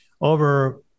over